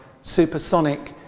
supersonic